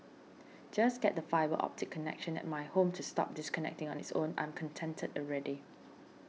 just get the fibre optic connection at my home to stop disconnecting on its own I'm contented already